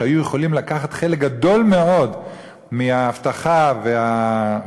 שהיו יכולים לקחת חלק גדול מאוד מהאבטחה והמניעה